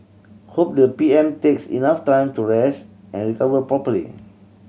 hope though the P M takes enough time to rest and recover properly